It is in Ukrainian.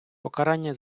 покарання